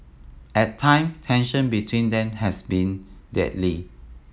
at time tension between them has been deadly